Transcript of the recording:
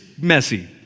messy